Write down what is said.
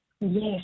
Yes